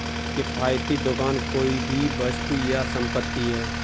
किफ़ायती दुकान कोई भी वस्तु या संपत्ति है